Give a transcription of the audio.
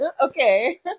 okay